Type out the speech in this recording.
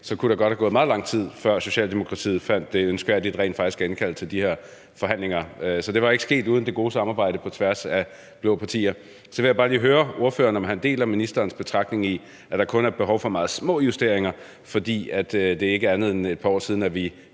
så kunne der godt have gået meget lang tid, før Socialdemokratiet fik det ønske at indkalde til de forhandlinger. Så det var ikke sket uden det gode samarbejde på tværs af de blå partier. Så vil jeg bare lige høre ordføreren, om han deler ministerens betragtning, i forhold til at der kun er behov for meget små justeringer, fordi det ikke er mere end et par år siden, at vi